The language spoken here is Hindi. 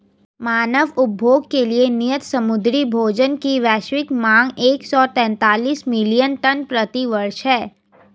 मानव उपभोग के लिए नियत समुद्री भोजन की वैश्विक मांग एक सौ तैंतालीस मिलियन टन प्रति वर्ष है